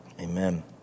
amen